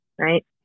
right